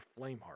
Flameheart